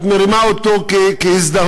את מרימה אותו כהזדהות,